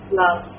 love